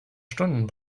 stunden